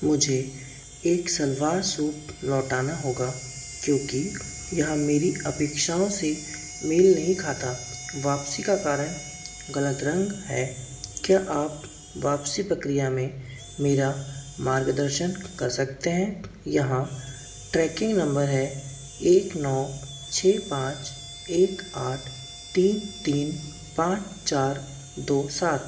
मुझे एक सलवार सूट लौटाना होगा क्योंकि यह मेरी अपेक्षाओं से मेल नहीं खाता वापसी का कारण गलत रंग है क्या आप वापसी प्रक्रिया में मेरा मार्गदर्शन कर सकते हैं यहाँ ट्रैकिन्ग नम्बर है एक नौ छह पाँच एक आठ तीन तीन पाँच चार दो सात